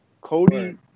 Cody